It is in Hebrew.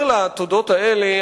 מעבר לתודות האלה,